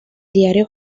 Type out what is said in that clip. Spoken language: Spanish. diario